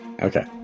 Okay